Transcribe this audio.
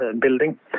building